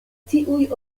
tiuj